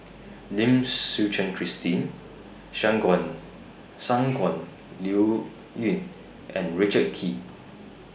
Lim Suchen Christine Shangguan Liuyun and Richard Kee